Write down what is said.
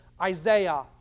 Isaiah